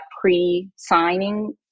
pre-signing